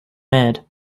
made